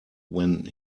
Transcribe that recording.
when